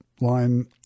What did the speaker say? Line